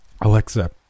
Alexa